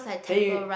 then you